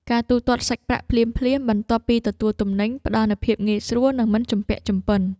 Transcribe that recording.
ការទូទាត់សាច់ប្រាក់ភ្លាមៗបន្ទាប់ពីទទួលទំនិញ ផ្តល់នូវភាពងាយស្រួល និងមិនជំពាក់ជំពិន។